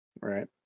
right